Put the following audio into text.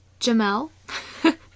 Jamel